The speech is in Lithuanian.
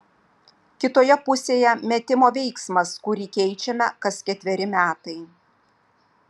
kitoje pusėje metimo veiksmas kurį keičiame kas ketveri metai